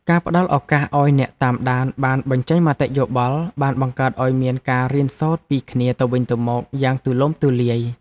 ការផ្ដល់ឱកាសឱ្យអ្នកតាមដានបានបញ្ចេញមតិយោបល់បានបង្កើតឱ្យមានការរៀនសូត្រពីគ្នាទៅវិញទៅមកយ៉ាងទូលំទូលាយ។